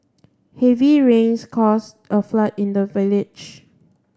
heavy rains caused a flood in the village